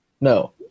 No